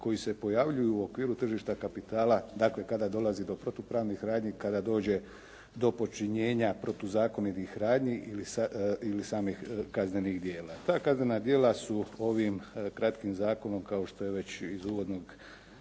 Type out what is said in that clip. koji se pojavljuju u okviru tržišta kapitala, dakle kada dolazi do protupravnih radnji, kada dođe do počinjenja protuzakonitih radnji ili samih kaznenih djela. Ta kaznena djela su ovim kratkim zakonom, kao što je već iz uvodnog